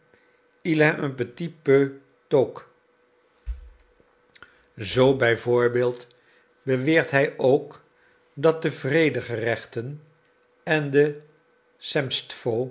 toqué zoo b v beweert hij ook dat de vredegerechten en de